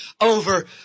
over